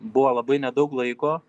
buvo labai nedaug laiko